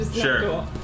Sure